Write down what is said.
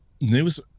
news